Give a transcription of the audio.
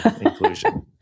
inclusion